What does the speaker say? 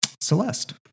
Celeste